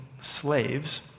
slaves